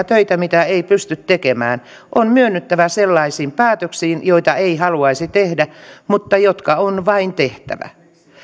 töitä mitä ei pysty tekemään on myönnyttävä sellaisiin päätöksiin joita ei haluaisi tehdä mutta jotka on vain tehtävä